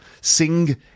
Sing